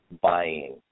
buying